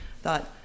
thought